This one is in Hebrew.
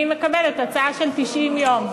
אני מקבלת הצעה של 90 יום.